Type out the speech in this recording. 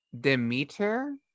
demeter